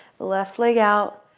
left leg out,